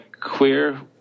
queer